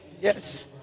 Yes